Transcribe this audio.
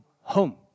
home